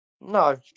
No